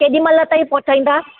केॾीमहिल ताईं पहुचाईंदा